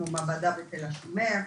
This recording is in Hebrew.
כמו מעבדה בתל השומר,